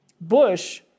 Bush